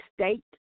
state